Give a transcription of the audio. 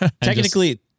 Technically-